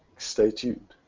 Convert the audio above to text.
stay tuned.